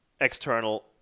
external